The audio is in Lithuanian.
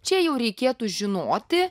čia jau reikėtų žinoti